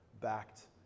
backed